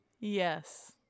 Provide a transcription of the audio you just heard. Yes